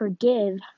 forgive